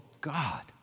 God